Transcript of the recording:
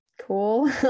cool